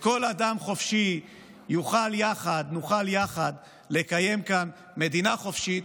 וכל אדם חופשי יוכל יחד לקיים כאן מדינה חופשית,